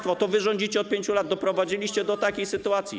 To wy rządzicie od 5 lat, doprowadziliście do takiej sytuacji.